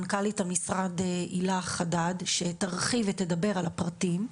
מנכ"לית המשרד הילה חדד שתרחיב ותדבר על הפרטים.